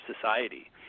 society